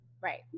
Right